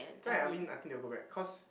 and Alvin I think they will go back cause